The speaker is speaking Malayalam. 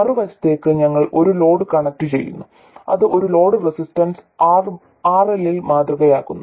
മറുവശത്തേക്ക് ഞങ്ങൾ ഒരു ലോഡ് കണക്ട് ചെയ്യുന്നു അത് ഒരു ലോഡ് റസിസ്റ്റൻസ് RL ൽ മാതൃകയാക്കുന്നു